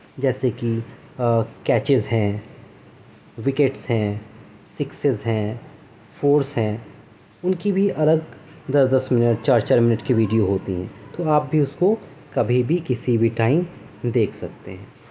جیسےکہ کیچز ہیں وکیٹس ہیں سکسیز ہیں فورس ہیں ان کی بھی الگ دس دس منٹ چار چار منٹ کی ویڈیو ہوتی ہیں تو آپ بھی اس کو کبھی بھی کسی بھی ٹائم دیکھ سکتے ہیں